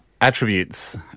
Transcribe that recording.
attributes